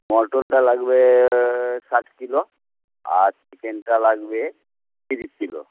মটনটা লাগবে ষাট কিলো আর চিকেনটা লাগবে তিরিশ কিলো